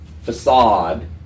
facade